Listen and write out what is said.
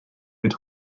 mit